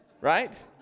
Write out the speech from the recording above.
right